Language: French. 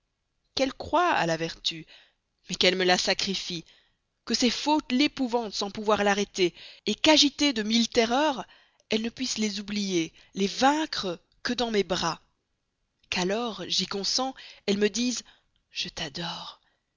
qu'elle croie à la vertu mais qu'elle me la sacrifie que ses fautes l'épouvantent sans pouvoir l'arrêter qu'agitée de mille terreurs elle ne puisse les oublier les vaincre que dans mes bras qu'alors j'y consens elle me dise je t'adore